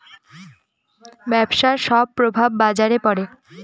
ব্যবসার সব প্রভাব বাজারে পড়ে